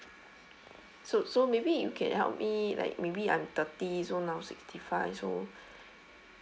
so so maybe you can help me like maybe I'm thirty so now sixty five so